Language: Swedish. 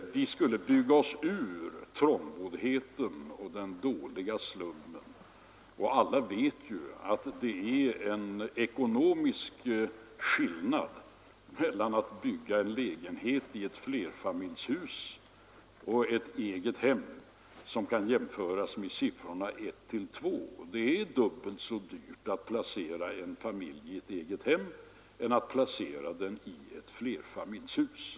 Vi skulle bygga oss ur trångboddheten och slummen, och alla vet ju att det är en ekonomisk skillnad mellan att bygga en lägenhet i flerfamiljshus och ett eget hem som kan jämföras med siffrorna 1—2. Det är dubbelt så dyrt att placera en familj i ett egethem som att placera den i ett flerfamiljshus.